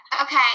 Okay